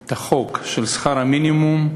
את החוק של שכר המינימום,